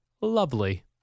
lovely